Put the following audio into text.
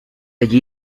allí